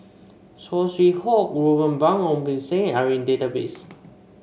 Saw Swee Hock Ruben Pang Ong Beng Seng are in database